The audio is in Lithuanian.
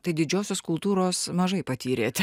tai didžiosios kultūros mažai patyrėte